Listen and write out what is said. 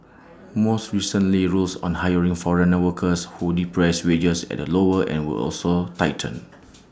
more recently rules on hiring foreign workers who depress wages at the lower end were also tightened